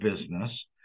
business